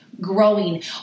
growing